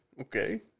Okay